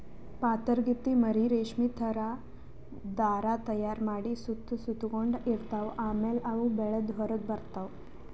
ಪಾತರಗಿತ್ತಿ ಮರಿ ರೇಶ್ಮಿ ಥರಾ ಧಾರಾ ತೈಯಾರ್ ಮಾಡಿ ಸುತ್ತ ಸುತಗೊಂಡ ಇರ್ತವ್ ಆಮ್ಯಾಲ ಅವು ಬೆಳದ್ ಹೊರಗ್ ಬರ್ತವ್